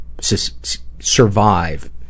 survive